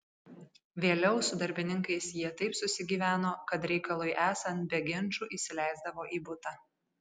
vėliau su darbininkais jie taip susigyveno kad reikalui esant be ginčų įsileisdavo į butą